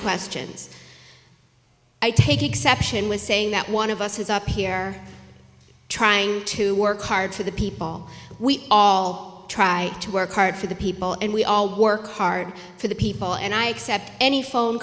questions i take exception with saying that one of us has up here trying to work hard for the people we all try to work hard for the people and we all work hard for the people and i accept any phone